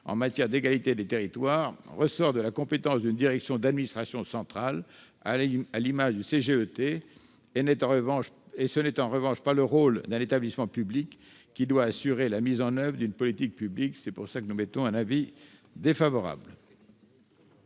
en matière d'égalité des territoires ressort de la compétence d'une direction d'administration centrale, à l'image du CGET. Ce n'est en revanche pas le rôle d'un établissement public, qui doit assurer la mise en oeuvre d'une politique publique. C'est pourquoi la commission a émis un avis défavorable.